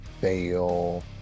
fail